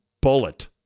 bullet